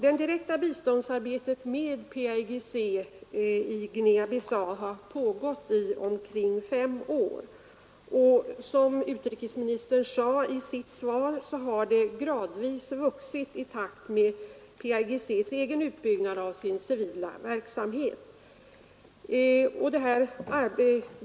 Det direkta biståndsarbetet med PAIGC i Guinea-Bissau har pågått i omkring fem år. Som utrikesministern sade i sitt svar, har arbetet gradvis vuxit i takt med utbyggnaden av PAIGCs civila verksamhet.